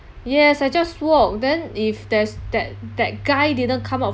yes I just walk then if there's that that guy didn't come out